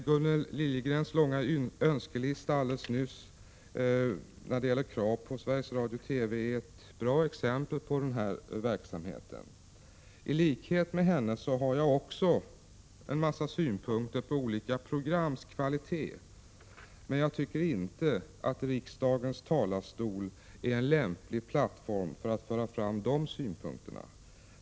Gunnel Liljegrens långa önskelista och krav på Sveriges Radio/TV är ett bra exempel på den verksamheten. I likhet med henne har också jag en mängd synpunkter på olika programs kvalitet, men jag tycker inte att riksdagens talarstol är en lämplig plattform för att föra fram dessa.